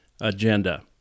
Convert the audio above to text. agenda